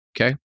okay